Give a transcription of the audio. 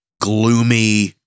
gloomy